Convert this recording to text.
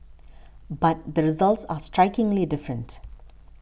but the results are strikingly different